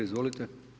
Izvolite.